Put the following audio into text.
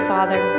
Father